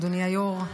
אדוני היו"ר,